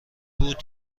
بود